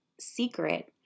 secret